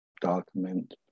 Document